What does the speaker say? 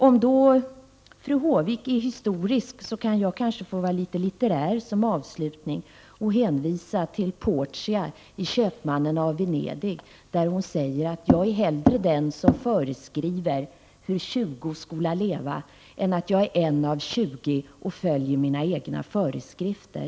Fru Håvik var historisk, och då kan jag få bli litet litterär i avslutningen och hänvisa till Portia i Köpmannen i Venedig som säger: Jag är hellre den som föreskriver hur 20 skola leva än att jag är en av 20 som följer mina egna föreskrifter.